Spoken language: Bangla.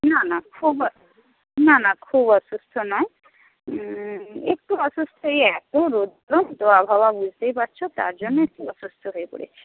না না খুব না না খুব অসুস্থ নয় একটু অসুস্থ এই এত রৌদ্র তো আবহাওয়া বুঝতেই পারছ তার জন্য একটি অসুস্থ হয়ে পড়েছে